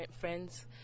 friends